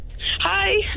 Hi